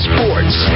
Sports